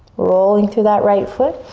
rolling through that right foot,